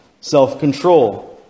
Self-control